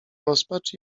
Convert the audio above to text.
rozpacz